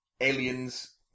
aliens